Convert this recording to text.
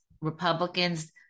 Republicans